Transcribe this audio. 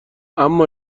اما